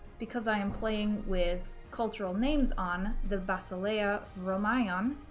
because i am playing with cultural names on the vasileia romaion, um